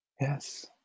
yes